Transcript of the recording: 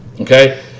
Okay